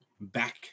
back